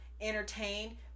entertained